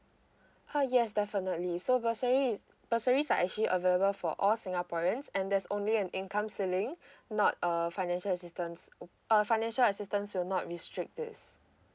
uh yes definitely so bursary is bursaries are actually available for all singaporeans and there's only an income ceiling not err financial assistance uh financial assistance will not restrict this